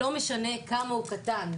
לא משנה כמה הוא קטן,